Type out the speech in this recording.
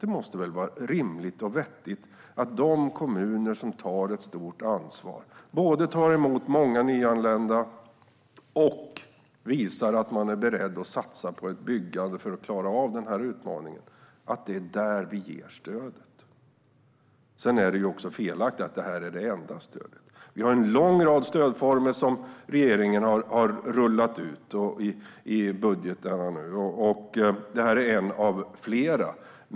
Det måste väl vara rimligt och vettigt att det är de kommuner som tar ett stort ansvar, både tar emot många nyanlända och visar att de är beredda att satsa på ett byggande för att klara av den här utmaningen, som vi ger stödet till. Sedan är det felaktigt att det här är det enda stödet. Det är en lång rad stödformer som regeringen har rullat ut i budgeten, och det här är en av flera.